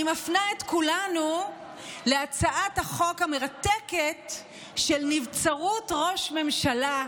אני מפנה את כולנו להצעת החוק המרתקת של נבצרות ראש ממשלה,